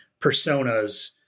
personas